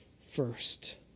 first